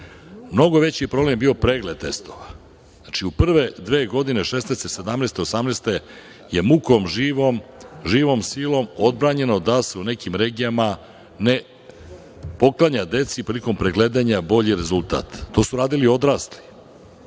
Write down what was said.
Mnogo veći problem je bio pregled testova. Znači, u prve dve godine 2016, 2017. i 2018. godine je mukom živom, živom silom odbranjeno da se u nekim regijama ne poklanja deci, prilikom pregledanja, bolji rezultat. To su radili odrasli.